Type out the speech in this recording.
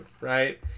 right